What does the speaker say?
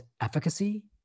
efficacy